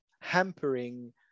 hampering